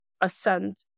assent